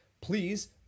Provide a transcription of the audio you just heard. please